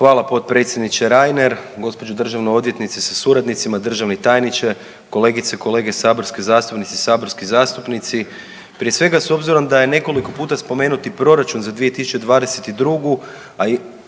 Hvala potpredsjedniče Reiner. Gospođo državna odvjetnice sa suradnicima, državni tajniče, kolegice i kolege saborske zastupnice i saborski zastupnici prije svega s obzirom da je nekoliko puta spomenut i proračun za 2022., a i